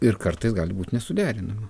ir kartais gali būt nesuderinama